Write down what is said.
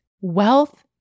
Wealth